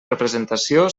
representació